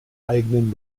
eigenen